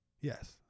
Yes